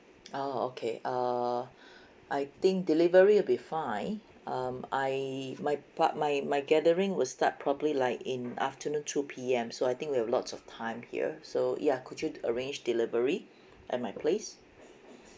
orh okay err I think delivery would be fine um I my part my my gathering will start probably like in afternoon two P_M so I think we have lots of time here so ya could you arrange delivery at my place